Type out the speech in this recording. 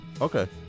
Okay